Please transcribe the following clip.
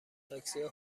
تاکسیا